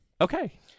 Okay